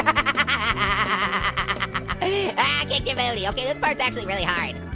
i kicked your booty. okay this part's actually really hard.